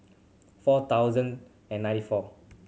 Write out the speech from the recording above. four thousand and ninety four